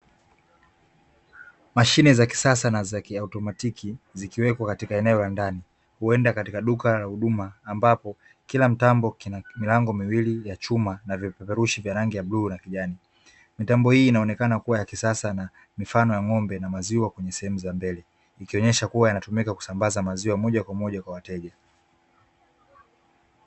Mashine za kisasa na automatiki zikiwepo katika eneo la ndani huenda katika duka la huduma, ambapo kila mtambo kina milango miwili ya chuma na vipeperushi vya rangi ya bluu la kijani, mitambo hii inaonekana kuwa ya kisasa na mifano ya ng'ombe na maziwa kwenye sehemu za mbele, ikionyesha kuwa yanatumika kusambaza maziwa moja kwa moja kwa wateja.